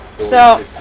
so